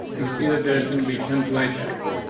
we see that there's gonna be translate x.